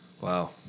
Wow